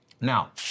Now